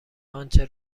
آنچه